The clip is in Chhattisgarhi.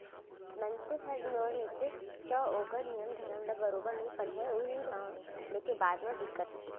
मनसे हर लोन लेथे तौ ओकर नियम धरम ल बरोबर नइ पढ़य उहीं नांव लेके बाद म दिक्कत होथे